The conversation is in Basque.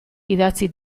idatzi